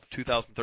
2013